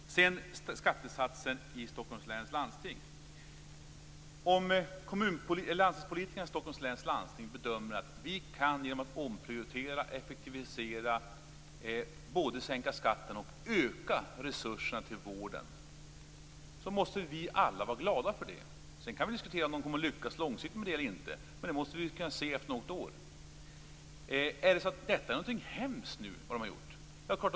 Sedan går jag över till skattesatsen i Stockholms läns landsting. Om landstingspolitikerna i Stockholms läns landsting bedömer att man genom att omprioritera och effektivisera både kan sänka skatten och öka resurserna till vården måste vi alla vara glada. Sedan kan vi diskutera om de kommer att lyckas långsiktigt med det eller inte, men det måste vi kunna se efter något år. Är det de har gjort något hemskt?